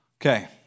Okay